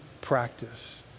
practice